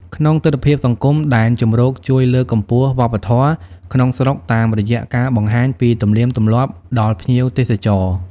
ក្នុងទិដ្ឋភាពសង្គម ដែនជម្រកជួយ លើកកម្ពស់វប្បធម៌ ក្នុងស្រុក តាមរយៈការបង្ហាញពីទំនៀមទម្លាប់ដល់ភ្ញៀវទេសចរ។